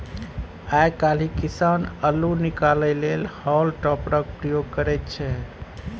आइ काल्हि किसान अल्लु निकालै लेल हॉल टॉपरक प्रयोग करय छै